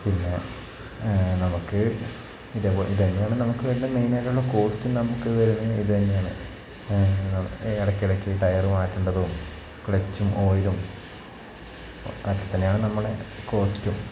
പിന്നെ നമുക്ക് ഇതേ ഇത് തന്നെയാണ് നമുക്ക് അതിൻ്റെ മെയിൻ ആയിട്ടുള്ള കോസ്റ്റും നമുക്ക് വരുന്നത് ഇത് തന്നെയാണ് ഇടയ്ക്കിടയ്ക്ക് ടയറ് മാറ്റേണ്ടതും ക്ലച്ചും ഓയിലും അത് തന്നെയാണ് നമ്മളെ കോസ്റ്റും